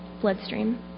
bloodstream